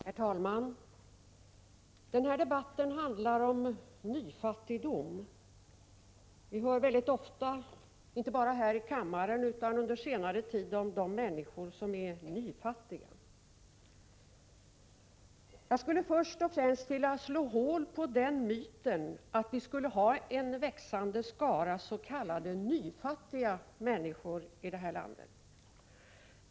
Herr talman! Den här debatten handlar om nyfattigdom. Inte bara här i kammaren har vi under senare tid ofta hört om de människor som är ”nyfattiga”. Jag skulle till att börja med vilja slå hål på denna myt om att vi skulle ha en växande skara s.k. nyfattiga människor i vårt land.